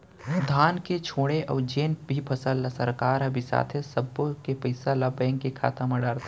धान के छोड़े अउ जेन भी फसल ल सरकार ह बिसाथे सब्बो के पइसा ल बेंक खाता म डारथे